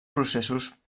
processos